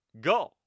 Go